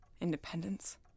Independence